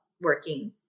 working